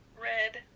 red